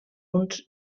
uns